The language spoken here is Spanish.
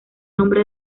nombre